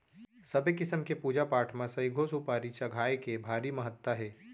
सबे किसम के पूजा पाठ म सइघो सुपारी चघाए के भारी महत्ता हे